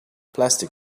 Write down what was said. plastic